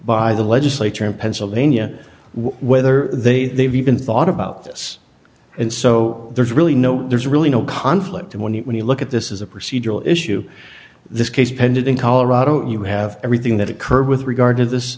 by the legislature in pennsylvania whether they they've even thought about this and so there's really no there's really no conflict when you look at this is a procedural issue this case pending in colorado you have everything that occurred with regard to this